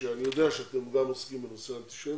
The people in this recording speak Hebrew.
אני יודע שאתם גם עוסקים בנושא האנטישמיות,